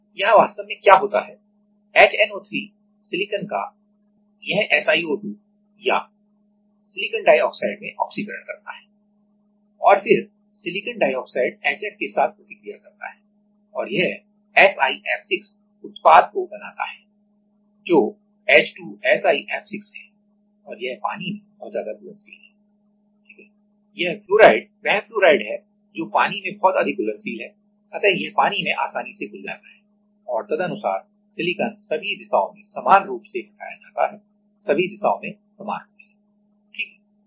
यहाँ वास्तव में क्या होता है HNO3 सिलिकॉन का यह SiO2 या सिलिकॉन डाइऑक्साइड में ऑक्सीकरण करता है और फिर सिलिकॉन डाइऑक्साइड HF के साथ प्रतिक्रिया करता है और यह SiF6 उत्पाद को बनाता है जो H2SiF6 है और यह पानी में बहुत ज्यादा घुलनशील है ठीक है यह फ्लोराइड वह फ्लोराइड है जो पानी में बहुत अधिक घुलनशील है अतः यह पानी में आसानी से घुल जाता है और तदनुसार सिलिकॉन सभी दिशाओं में समान रूप से हटाया जाता है सभी दिशाओं में समान रूप से ठीक है